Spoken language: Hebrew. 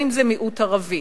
ואם מיעוט ערבי.